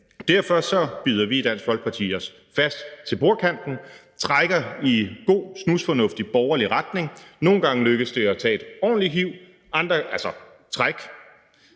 Derfor bider vi i Dansk folkeparti os fast i bordkanten og trækker i en god, snusfornuftig borgerlig retning. Nogle gange lykkes det at tage et ordentlig hiv, eller rettere trække